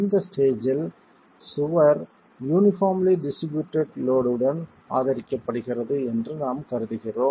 இந்த ஸ்டேஜ்ஜில் சுவர் யூனிபார்ம்லி டிஸ்ட்ரிபியூட்டேட் லோட் உடன் ஆதரிக்கப்படுகிறது என்று நாம் கருதுகிறோம்